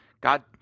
God